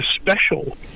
special